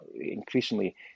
increasingly